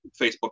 Facebook